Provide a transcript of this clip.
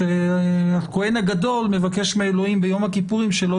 שהכהן הגדול מבקש מאלוהים ביום הכיפורים שלא